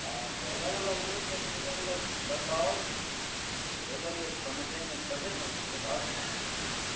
ہاں تو الگ الگ ریٹ ہے تو الگ الگ بتاؤ بولوگے سمجھیں گے تبھے نا اس کے بعد نا